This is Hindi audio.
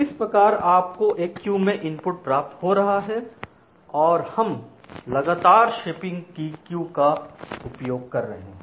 इस प्रकार आपको एक क्यू में इनपुट प्राप्त हो रहा है और हम लगातार शेपिंग की क्यू का उपयोग कर रहे हैं